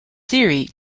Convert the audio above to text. theory